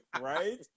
Right